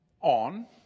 on